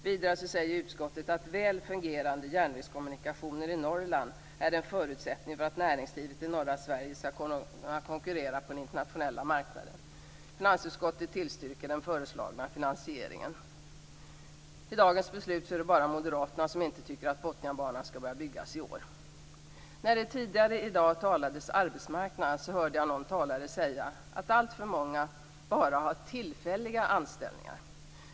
Vidare säger utskottet att väl fungerande järnvägskommunikationer i Norrland är en förutsättning för att näringslivet i norra Sverige skall kunna konkurrera på den internationella marknaden. Finansutskottet tillstyrker den föreslagna finansieringen. I dagens beslut är det bara Moderaterna som inte tycker att Botniabanan skall börja byggas i år. När det tidigare i dag talades om arbetsmarknaden hörde jag någon talare säga att alltför många bara har tillfälliga anställningar.